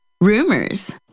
rumors